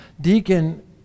deacon